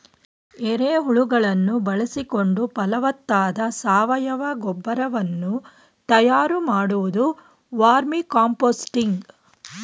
ಎರೆಹುಳುಗಳನ್ನು ಬಳಸಿಕೊಂಡು ಫಲವತ್ತಾದ ಸಾವಯವ ರಸಗೊಬ್ಬರ ವನ್ನು ತಯಾರು ಮಾಡುವುದು ವರ್ಮಿಕಾಂಪೋಸ್ತಿಂಗ್